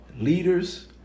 leaders